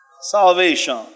salvation